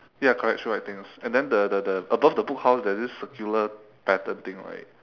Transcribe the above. ya correct three white things and then the the the above the book house there's this circular pattern thing right